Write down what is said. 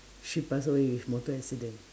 she pass away with motor accident